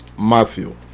Matthew